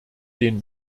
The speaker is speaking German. den